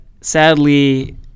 sadly